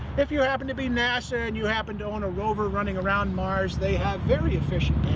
if you happen to be nasa and you happen to own a rover running around mars, they have very efficient